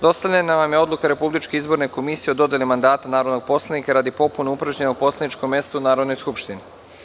Dostavljena vam je Odluka Republičke izborne komisije o dodeli mandata narodnog poslanika, radi popune upražnjenog poslaničkog mesta u Narodnoj skupštini.